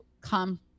come